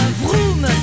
vroom